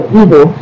evil